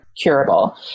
curable